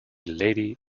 lady